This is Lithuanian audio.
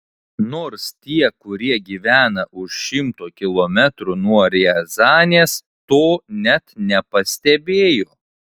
nors tie kurie gyvena už šimto kilometrų nuo riazanės to net nepastebėjo